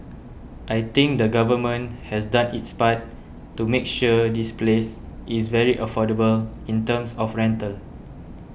I think the government has done its part to make sure this place is very affordable in terms of rental